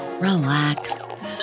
relax